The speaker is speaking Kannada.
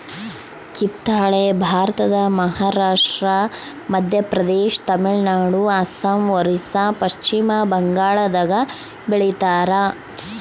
ಕಿತ್ತಳೆ ಭಾರತದ ಮಹಾರಾಷ್ಟ್ರ ಮಧ್ಯಪ್ರದೇಶ ತಮಿಳುನಾಡು ಅಸ್ಸಾಂ ಒರಿಸ್ಸಾ ಪಚ್ಚಿಮಬಂಗಾಳದಾಗ ಬೆಳಿತಾರ